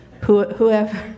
Whoever